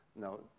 No